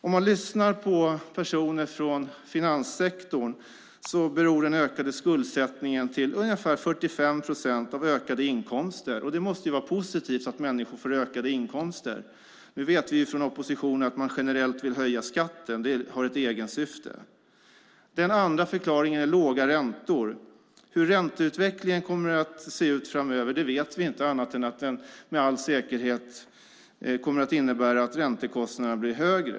Om man lyssnar på personer från finanssektorn beror den ökade skuldsättningen till ungefär 45 procent av ökade inkomster. Det måste vara positivt att människor får ökade inkomster. Nu vet vi från oppositionen att man generellt vill höja skatten. Det har ett egensyfte. Den andra förklaringen är låga räntor. Hur ränteutvecklingen kommer att se ut framöver vet vi inte annat än att den med all säkerhet kommer att innebära att räntekostnaden blir högre.